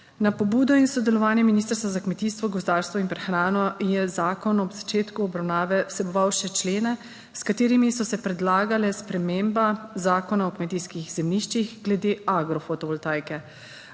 Na pobudo in sodelovanje Ministrstva za kmetijstvo, gozdarstvo in prehrano je zakon ob začetku obravnave vseboval še člene, s katerimi so se predlagale spremembe Zakona o kmetijskih zemljiščih glede agrofotovoltaike,